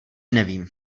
nevím